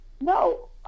No